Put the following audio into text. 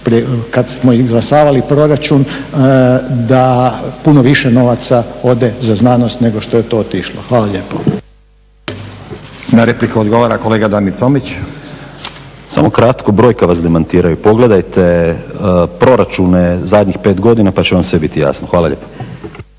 kada smo izglasavali proračun da puno više novaca ode za znanost nego što je to otišlo. Hvala lijepo. **Stazić, Nenad (SDP)** Na repliku odgovara kolega Damir Tomić. **Tomić, Damir (SDP)** Samo kratko. Brojke vas demantiraju, pogledajte proračune zadnjih 5 godina pa će vam sve biti jasno. Hvala lijepo.